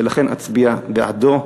ולכן אצביע בעדו.